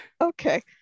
Okay